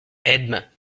edme